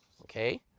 Okay